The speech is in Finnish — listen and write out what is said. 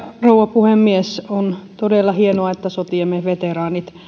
puhemies on todella hienoa että sotiemme veteraanit